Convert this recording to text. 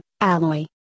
Alloy